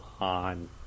on